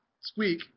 squeak